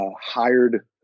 hired